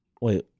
Wait